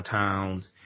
towns